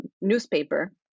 newspaper